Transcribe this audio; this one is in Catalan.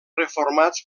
reformats